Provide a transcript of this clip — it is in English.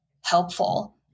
helpful